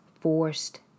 Forced